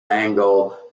angle